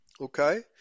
Okay